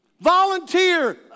Volunteer